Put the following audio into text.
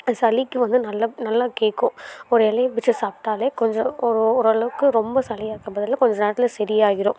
அது சளிக்கு வந்து நல்ல நல்லா கேட்கும் ஒரு இலைய பிச்சி சாப்பிட்டாலே கொஞ்சம் ஒரு ஓரளவுக்கு ரொம்ப சளியாக இருக்கிற பதிலா கொஞ்ச நேரத்தில் சரி ஆகிடும்